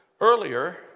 earlier